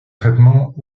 traitement